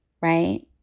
Right